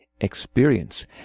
experience